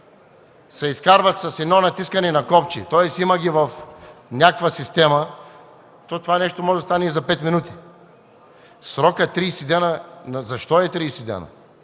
се изкарват с едно натискане на копче, тоест има ги в някаква система, то това нещо може да стане и за пет минути. Срокът е 30 дни, но защо е 30 дни?